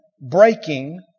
breaking